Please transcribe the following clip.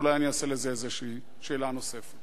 ואולי אני אעשה לזה איזו שאלה נוספת.